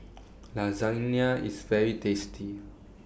Lasagna IS very tasty